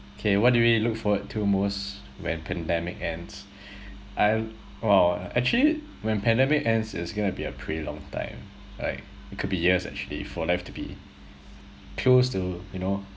K what do we look forward to most when pandemic ends I !wow! actually when pandemic ends it's gonna be a pretty long time like it could be years actually for life to be close to you know